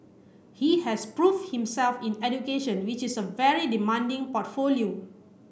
he has proved himself in education which is a very demanding portfolio